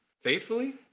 faithfully